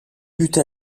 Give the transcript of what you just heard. buts